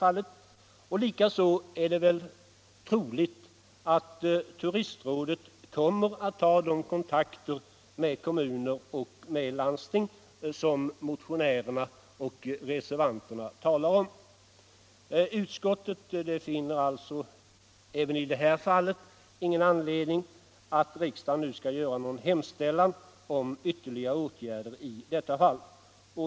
Likaså är det väl troligt att Turistrådet kommer att ta de kontakter med kommuner och landsting som motionärerna och reservanterna talar om. Utskottet finner därför inte någon anledning till att riksdagen nu skall göra en hemställan om ytterligare åtgärder i detta fall.